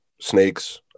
snakes